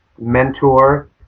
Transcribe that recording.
mentor